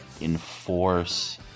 enforce